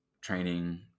training